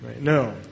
No